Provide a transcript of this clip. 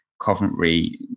Coventry